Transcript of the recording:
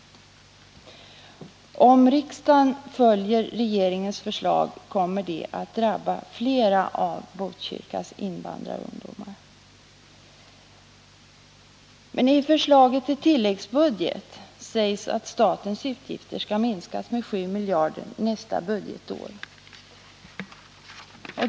Om riksdagen följer regeringens förslag, kommer det att drabba flera av Botkyrkas invandrarungdomar. I förslaget till tilläggsbudget sägs att statens utgifter nästa budgetår skall minskas med 7 miljarder.